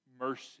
mercy